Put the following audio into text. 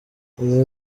izi